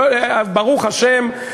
ברוך השם,